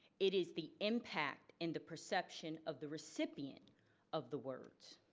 it is the impact and the perception of the recipient of the words.